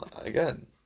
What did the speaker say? again